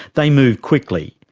they move quickly,